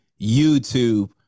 YouTube